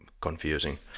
confusing